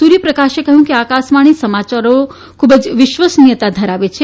સૂર્યપ્રકાશે કહ્યું કે આકાશવાણી સમાચારોની ખૂબ જ વિશ્વસનીયતા છે